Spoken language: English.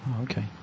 Okay